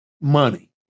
money